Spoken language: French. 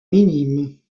minimes